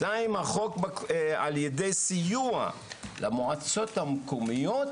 ד' על ידי סיוע למועצות המקומיות,